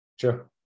Sure